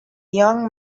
young